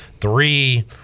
three